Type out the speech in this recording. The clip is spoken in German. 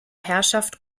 herrschaft